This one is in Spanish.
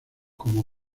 como